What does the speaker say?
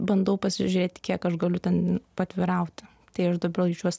bandau pasižiūrėti kiek aš galiu ten paatvirauti tai aš dabar jaučiuos